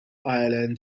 ireland